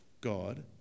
God